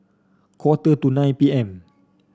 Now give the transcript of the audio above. quarter to nine P M